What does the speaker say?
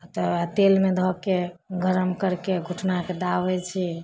आओर तकर बाद तेलमे धऽके गरम करिके घुटनाके दाबै छी